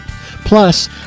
plus